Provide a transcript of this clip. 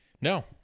No